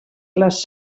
les